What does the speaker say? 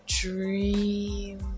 dream